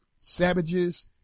savages